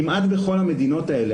כמעט בכל המדינות האלה,